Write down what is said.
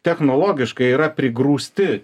technologiškai yra prigrūsti